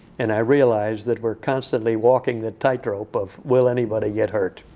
and i realize that we're constantly walking the tightrope of, will anybody get hurt